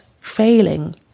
failing